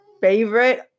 favorite